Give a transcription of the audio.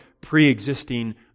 pre-existing